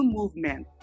movement